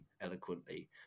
eloquently